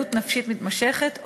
התעללות נפשית מתמשכת,